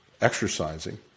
exercising